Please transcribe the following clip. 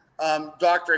Dr